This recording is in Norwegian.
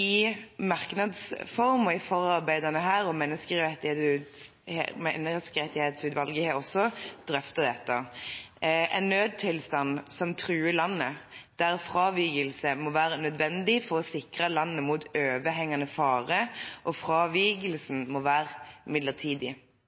i merknads form, i forarbeidene her og også av Menneskerettighetsutvalget: «Det må foreligge en nødstilstand som truer landet, fravikelsen fra rettigheten må være nødvendig for å sikre landet mot en overhengende fare, og